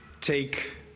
take